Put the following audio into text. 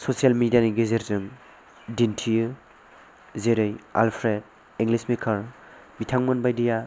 social media नि गेजेरजों दिन्थियो जेरै आल्फ्रेड इंलिश मेकार बिथांमोन बायदिया